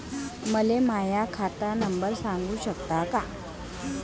मले माह्या खात नंबर सांगु सकता का?